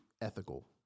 ethical